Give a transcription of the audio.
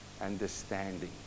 Understanding